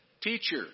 Teacher